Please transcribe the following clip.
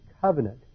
covenant